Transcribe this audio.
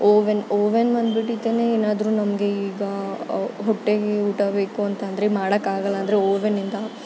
oven oven ಬಂದುಬಿಟ್ಟಿತ್ತಾನೆ ಏನಾದ್ರೂ ನಮಗೆ ಈಗ ಹೊಟ್ಟೆಗೆ ಊಟ ಬೇಕು ಅಂತ ಅಂದರೆ ಮಾಡೋಕ್ಕಾಗಲ್ಲಂದ್ರೆ ಓವೆನ್ನಿಂದ